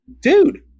Dude